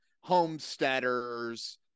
homesteaders